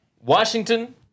Washington